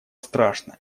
страшно